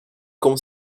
como